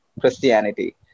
Christianity